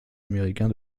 américain